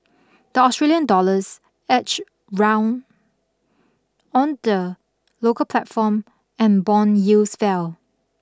the Australian dollars edged round on the local platform and bond yields fell